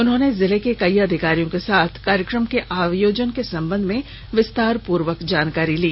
उन्होंने जिला के कई अधिकारियों के साथ कार्यक्रम के आयोजन के संबंध में विस्तार पूर्वक जानकारी ली